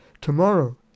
Tomorrow